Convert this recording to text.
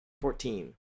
Fourteen